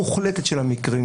המוחלטת של המקרים,